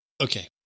okay